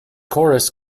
chorus